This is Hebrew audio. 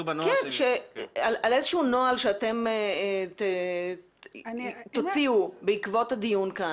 על איזשהו נוהל שאתם תוציאו בעקבות הדיון כאן?